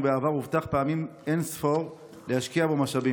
ובעבר הובטח פעמים אין-ספור להשקיע בו משאבים.